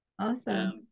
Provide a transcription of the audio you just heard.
Awesome